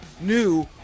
new